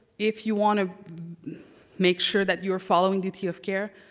if you want to make sure that you're following duty of care,